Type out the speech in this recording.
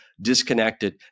disconnected